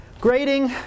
Grading